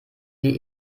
wie